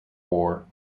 war